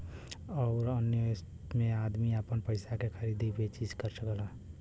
अउर अन्य मे अदमी आपन पइसवा के खरीदी बेची कर सकेला